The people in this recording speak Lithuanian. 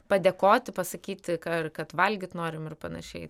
padėkoti pasakyti kar kad valgyt norim ir panašiai